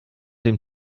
dem